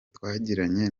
twagiranye